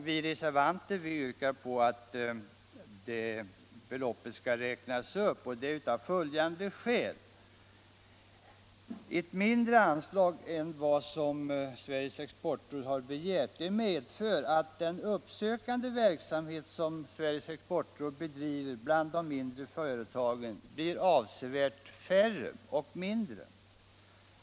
Vi reservanter har föreslagit samma belopp som Sveriges exportråd, och det av följande skäl. Ett mindre anslag än vad Sveriges exportråd har begärt medför att den uppsökande verksamhet som Exportrådet bedriver bland de mindre företagen avsevärt minskas.